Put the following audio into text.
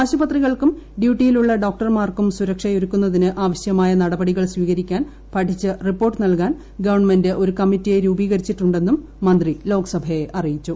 ആശുപത്രികൾക്കും ഡ്യൂട്ടിയിലുള്ള ഡോക്ടർമാർക്കും സുരക്ഷ യൊരുക്കുന്നതിന് ആവശ്യമായ നടപടികൾ സ്വീകരിക്കാൻ പഠിച്ച് റിപ്പോർട്ട് നൽകാൻ ഗവൺമെന്റ് ഒരു കമ്മറ്റിയെ രൂപീകരിച്ചിട്ടുണ്ടെന്നും മന്ത്രി ലോക്സഭയെ അറിയിച്ചു